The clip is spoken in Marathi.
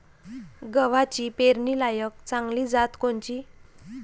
गव्हाची पेरनीलायक चांगली जात कोनची?